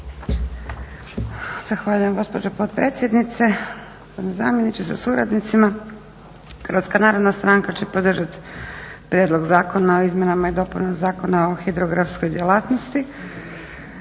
Zahvaljujem gospođo potpredsjednice, gospodine zamjeniče sa suradnicima Hrvatska narodna stranka će podržati prijedlog Zakona o izmjenama i dopunama Zakona o hidrografskoj djelatnosti.